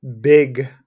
big